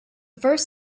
first